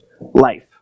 life